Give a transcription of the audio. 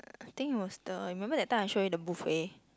I think it was the remember that time I show you the buffet